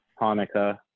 Hanukkah